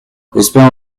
j’espère